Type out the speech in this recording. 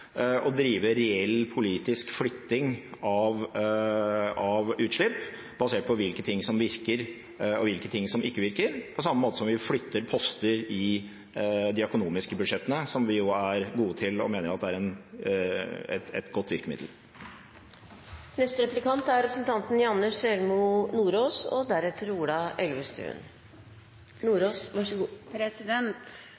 og drive reell politisk flytting av utslipp basert på hvilke tiltak som virker, og hvilke tiltak som ikke virker, på samme måte som vi flytter poster i de økonomiske budsjettene, som vi jo er gode til og mener er et godt virkemiddel. Miljøpartiet De Grønne er positive til kollektivsatsing. Det har vi sett både nasjonalt og